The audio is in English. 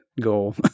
goal